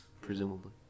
Presumably